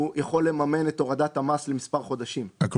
הוא יכול לממן את הורדת המס למספר חודשים,